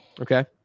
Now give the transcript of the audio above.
okay